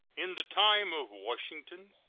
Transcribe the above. in the time of washington,